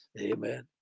Amen